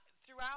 Throughout